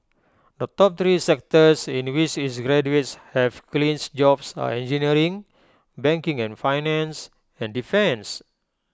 the top three sectors in which its graduates have clinched jobs are engineering banking and finance and defence